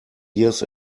years